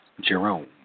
Jerome